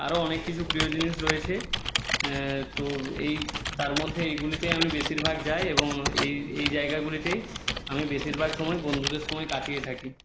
আরও অনেক কিছু প্রিয় জিনিস রয়েছে তো এই তার মধ্যে এইগুলিতেই আমি বেশিরভাগ যাই এবং এই এই জায়গাগুলিতেই আমি বেশিরভাগ সময় বন্ধুদের সময় কাটিয়ে থাকি